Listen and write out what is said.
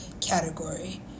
category